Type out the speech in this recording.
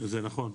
זה נכון.